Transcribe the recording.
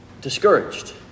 discouraged